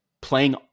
playing